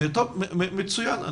מצוין.